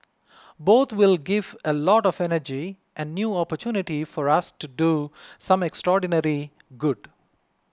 both will give a lot of energy and new opportunity for us to do some extraordinarily good